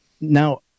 Now